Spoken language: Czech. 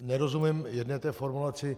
Nerozumím jedné té formulaci.